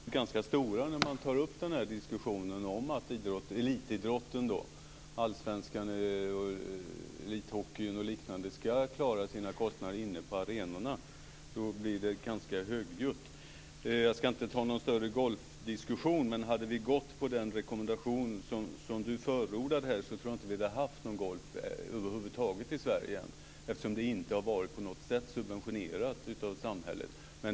Fru talman! Samtidigt blir protesterna stora när man tar upp diskussionen att elitidrotten - allsvenskan, elithockeyn och liknande - själv ska klara kostnaderna på arenorna. Jag ska inte ta en större golfdiskussion. Men om vi hade följt den rekommendation statsrådet förordar hade det inte funnits någon golf i Sverige. Idrotten har inte på något sätt varit subventionerad av samhället.